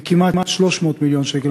כמעט 300 מיליון שקל,